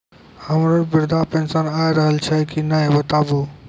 हमर वृद्धा पेंशन आय रहल छै कि नैय बताबू?